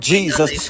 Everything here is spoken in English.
Jesus